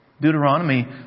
Deuteronomy